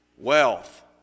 wealth